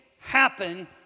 happen